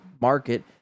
market